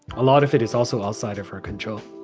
a lot of it is also outside of her control